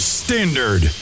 standard